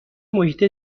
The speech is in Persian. محیط